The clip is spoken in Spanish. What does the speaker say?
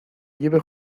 lleve